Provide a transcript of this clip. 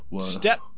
step